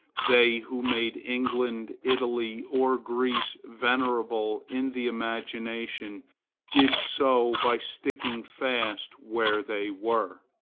they who made england, italy, or greece venerable in the imagination did so by sticking fast where they were,